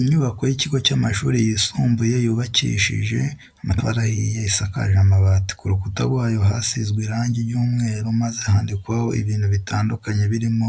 Inyubako y'ikigo cy'amashuri yisumbuye yubakishije amatafari ahiye, isakaje amabati, ku rukuta rwayo hasizwe irangi ry'umweru, maze handikwaho ibintu bitandukanye birimo